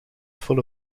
full